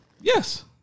Yes